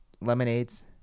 Lemonades